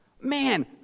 Man